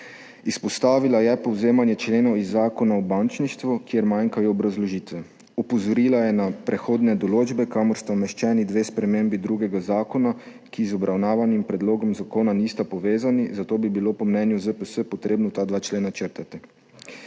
Izpostavila je povzemanje členov iz Zakona o bančništvu, kjer manjkajo obrazložitve. Opozorila je na prehodne določbe, kamor sta umeščeni dve spremembi drugega zakona, ki z obravnavanim predlogom zakona nista povezani, zato bi bilo po mnenju ZPS potrebno ta dva člena črtati.